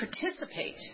participate